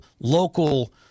local